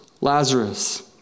Lazarus